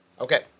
Okay